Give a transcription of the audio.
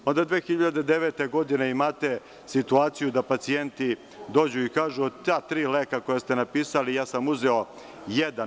Onda 2009. godine imate situaciju da pacijenti dođu i kažu – od ta tri leka koja ste napisali, ja sam uzeo jedan.